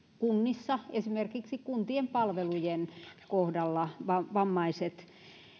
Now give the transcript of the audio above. kunnissa esimerkiksi kuntien palvelujen kohdalla vammaiset